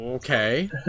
okay